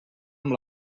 amb